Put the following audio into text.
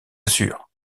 assure